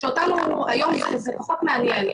שאותנו היום זה פחות מעניין.